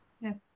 Yes